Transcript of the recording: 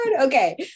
Okay